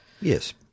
Yes